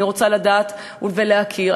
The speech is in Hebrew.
אני רוצה לדעת ולהכיר.